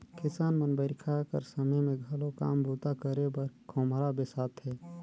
किसान मन बरिखा कर समे मे घलो काम बूता करे बर खोम्हरा बेसाथे